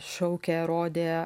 šaukė rodė